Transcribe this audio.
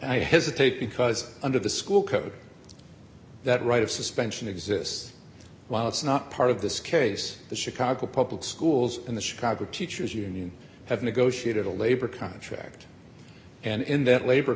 i hesitate because under the school code that right of suspension exists while it's not part of this case the chicago public schools in the chicago teachers union have negotiated a labor contract and in that labor